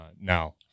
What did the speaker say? now